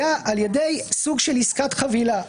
היה על ידי סוג של עסקת חבילה.